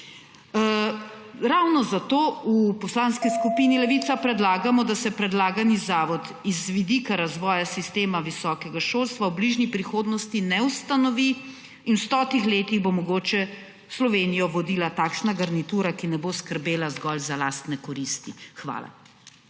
Ravno zato v Poslanski skupini Levica predlagamo, da se predlagani zavod z vidika razvoja sistema visoko šolstva v bližnji prihodnosti ne ustanovi in v sto letih bo mogoče Slovenijo vodila takšna garnitura, ki ne bo skrbela zgolj za lastne koristi. Hvala.